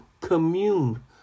commune